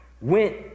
went